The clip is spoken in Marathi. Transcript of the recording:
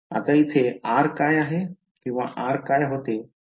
आता इथे r काय होते